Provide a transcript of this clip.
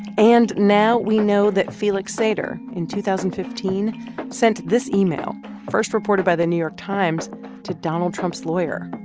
and now we know that felix sater in two thousand and fifteen sent this email first reported by the new york times to donald trump's lawyer,